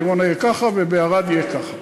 בדימונה יהיה ככה ובערד יהיה ככה.